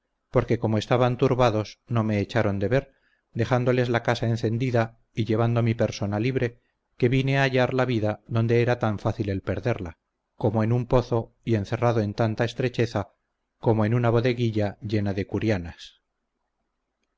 porque como estaban turbados no me echaron de ver dejándoles la casa encendida y llevando mi persona libre que vine a hallar la vida donde era tan fácil el perderla como en un pozo y encerrado en tanta estrecheza como en una bodeguilla llena de